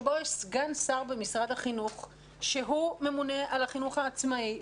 שבו יש סגן שר במשרד החינוך שממונה על החינוך העצמאי,